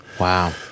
Wow